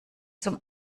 zum